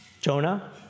Jonah